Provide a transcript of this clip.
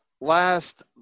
last